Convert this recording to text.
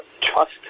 trust